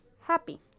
happy